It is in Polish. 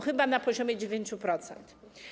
Chyba na poziomie 9%.